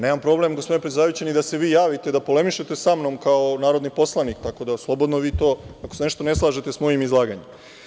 Nemam problem gospodine predsedavajući da se vi javite i da polemišete samnom kao narodni poslanik, tako da slobodno ako se ne slažete sa mojim izlaganjem.